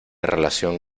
relación